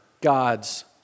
God's